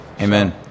Amen